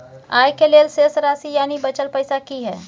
आय के लेल शेष राशि यानि बचल पैसा की हय?